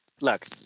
look